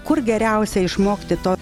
kur geriausia išmokti to